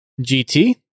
GT